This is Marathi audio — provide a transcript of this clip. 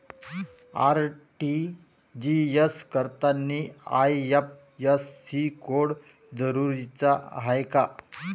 आर.टी.जी.एस करतांनी आय.एफ.एस.सी कोड जरुरीचा हाय का?